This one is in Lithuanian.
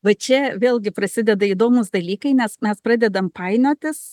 va čia vėlgi prasideda įdomūs dalykai nes mes pradedam painiotis